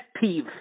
peeve